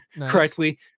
correctly